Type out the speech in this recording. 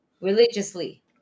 religiously